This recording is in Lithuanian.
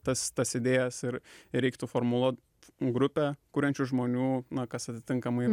tas tas idėjas ir reiktų formuluot grupę kuriančių žmonių na kas atitinkamai